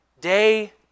day